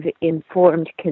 informed